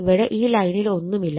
ഇവിടെ ഈ ലൈനിൽ ഒന്നുമില്ല